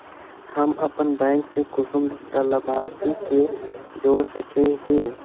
हम अपन बैंक से कुंसम दूसरा लाभारती के जोड़ सके हिय?